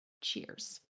cheers